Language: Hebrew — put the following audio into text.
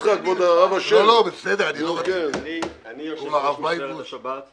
אני יושב-ראש משמרת השבת.